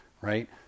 right